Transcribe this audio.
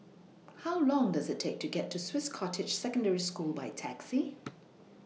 How Long Does IT Take to get to Swiss Cottage Secondary School By Taxi